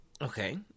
Okay